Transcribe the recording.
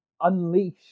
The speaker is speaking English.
unleash